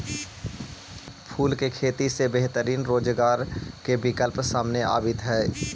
फूल के खेती से बेहतरीन रोजगार के विकल्प सामने आवित हइ